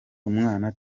umwana